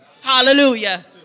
Hallelujah